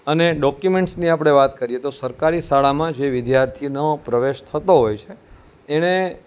અને ડૉક્યુમેન્ટસની આપણે વાત કરીએ તો સરકારી શાળામાં જે વિદ્યાર્થીનો પ્રવેશ થતો હોય છે એને